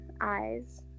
eyes